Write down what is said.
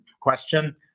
question